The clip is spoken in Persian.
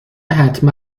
حتما